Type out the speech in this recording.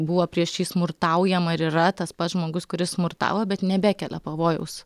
buvo prieš jį smurtaujama ir yra tas pats žmogus kuris smurtavo bet nebekelia pavojaus